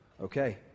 okay